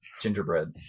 gingerbread